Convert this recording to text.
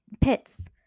pits